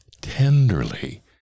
tenderly